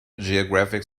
geographic